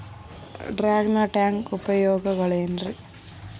Dragon tank ಉಪಯೋಗಗಳೆನ್ರಿ?